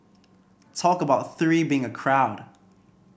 talk about three being a crowd